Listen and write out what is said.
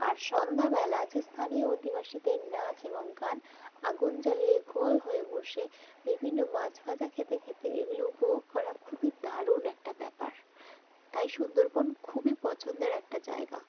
আর সন্ধ্যাবেলা আছে স্থানীয় অধিবাসীদের নাচ এবং গান আগুন জ্বালিয়ে গোল হয়ে বসে বিভিন্ন মাছ ভাজা খেতে খেতে এগুলো উপভোগ করা খুবই দারুণ একটা ব্যাপার তাই সুন্দরবন খুবই পছন্দের একটা জায়গা